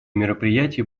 мероприятие